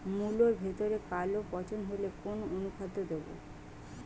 মুলোর ভেতরে কালো পচন হলে কোন অনুখাদ্য দেবো?